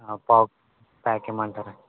పావు ప్యాక్ ఇమ్మంటారా